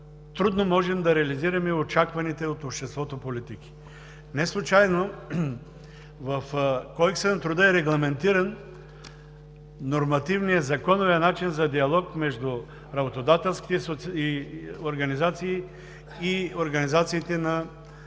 трудно можем да реализираме очакваните от обществото политики. Неслучайно в Кодекса на труда е регламентиран нормативният, законовият начин за диалог между работодателските организации и организациите на